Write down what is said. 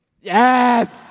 Yes